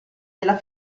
della